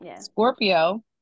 Scorpio